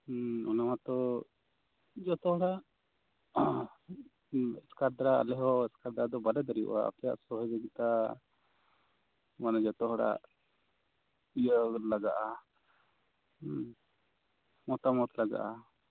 ᱦᱩᱸ ᱚᱱᱟ ᱢᱟᱛᱚ ᱡᱚᱛᱚ ᱦᱚᱲᱟᱜ ᱮᱥᱠᱟᱨ ᱫᱚ ᱟᱞᱮ ᱦᱚᱸ ᱮᱥᱠᱟᱨ ᱫᱚ ᱵᱟᱞᱮ ᱫᱟᱲᱤᱣᱟᱜᱼᱟ ᱥᱮ ᱡᱚᱛᱚ ᱦᱚᱲᱟᱜ ᱥᱚᱦᱚ ᱡᱩᱜᱤᱛᱟ ᱢᱟᱱᱮ ᱡᱚᱛᱚ ᱦᱚᱲᱟᱜ ᱤᱭᱟᱹ ᱞᱟᱜᱟᱜᱼᱟ ᱢᱚᱛᱟᱼᱢᱚᱛ ᱞᱟᱜᱟᱜᱼᱟ